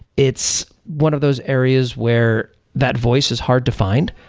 it's one of those areas where that voice is hard to find,